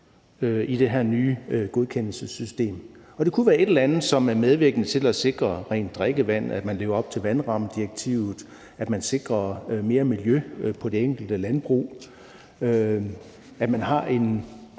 i det her nye godkendelsessystem. Og det kunne være et eller andet, som var medvirkende til at sikre rent drikkevand, at man lever op til vandrammedirektivet, at man sikrer mere miljø på det enkelte landbrug, at man har en